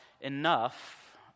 enough